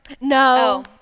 No